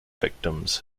victims